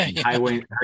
highway